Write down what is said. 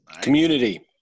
Community